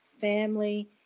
family